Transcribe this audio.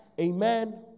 Amen